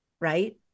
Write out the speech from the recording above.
right